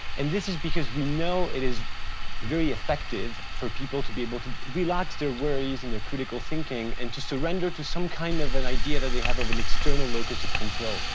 and this is because we know it is very effective for people to be able to relax their worries and their critical thinking and to surrender to some kind of an idea that they have of an external locus of control.